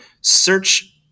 search